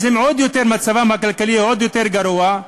אז מצבם הכלכלי עוד יותר גרוע,